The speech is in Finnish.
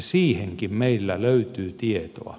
siihenkin meillä löytyy tietoa